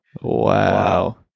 wow